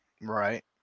Right